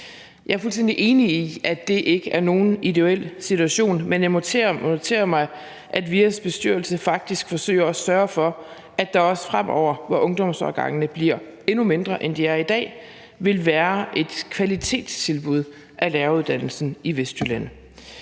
Jeg er fuldstændig enig i, at det ikke er nogen ideel situation, men jeg noterer mig, at VIA's bestyrelse faktisk forsøger at sørge for, at der også fremover, hvor ungdomsårgangene bliver endnu mindre, end de er i dag, vil være et kvalitetstilbud af læreruddannelsen i Vestjylland.